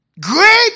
great